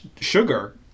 sugar